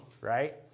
right